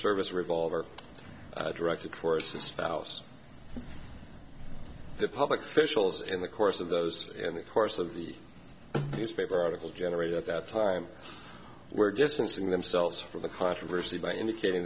service revolver directed for a spouse the public officials in the course of those in the course of the newspaper article generated at that time were distancing themselves from the controversy by indicating